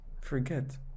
forget